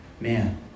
man